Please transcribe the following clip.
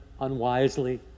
unwisely